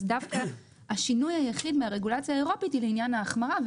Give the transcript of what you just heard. אז דווקא השינוי היחיד מהרגולציה האירופית הוא לעניין ההחמרה,